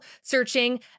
searching